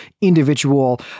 individual